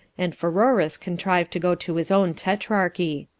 and pheroras contrive to go to his own tetrarchy.